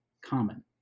common